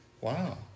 Wow